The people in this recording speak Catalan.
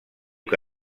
que